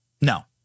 No